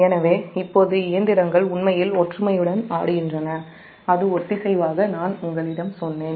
எனவே இப்போது இயந்திரங்கள் உண்மையில் ஒற்றுமையுடன் அது ஒத்திசைவாக ஆடுகின்றனநான் உங்களிடம் சொன்னேன்